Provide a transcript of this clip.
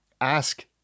Ask